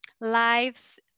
lives